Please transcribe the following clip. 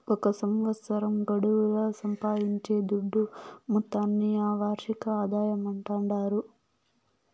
ఒక సంవత్సరం గడువుల సంపాయించే దుడ్డు మొత్తాన్ని ఆ వార్షిక ఆదాయమంటాండారు